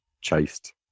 chased